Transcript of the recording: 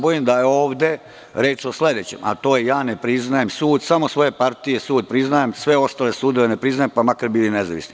Bojim se da je ovde reč o sledećem, a to je – ja ne priznajem sud, samo svoje partije sud priznajem, sve ostale sudove ne priznajem, pa makar bili i nezavisni.